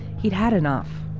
he'd had enough.